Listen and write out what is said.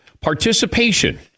participation